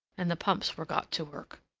and the pumps were got to work.